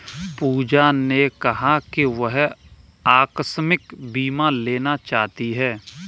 पूजा ने कहा कि वह आकस्मिक बीमा लेना चाहती है